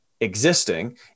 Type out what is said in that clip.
existing